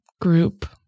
group